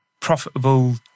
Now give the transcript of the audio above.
profitable